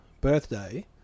birthday